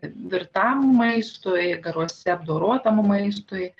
virtam maistui garuose apdorotam maistui